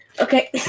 okay